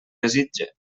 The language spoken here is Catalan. desitge